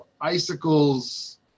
icicles